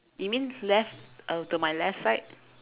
you mean left uh to my left side